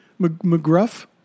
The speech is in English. McGruff